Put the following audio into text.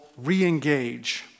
Reengage